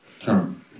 term